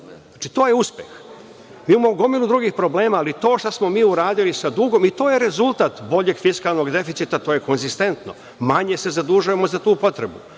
70,8%. To je uspeh. Imamo gomilu drugih problema, ali to što smo mi uradili sa dugom i to je rezultat boljeg fiskalnog deficita, to je konzistentno, manje se zadužujemo za tu potrebu.